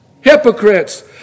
hypocrites